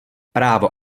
právo